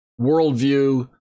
worldview